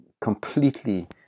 completely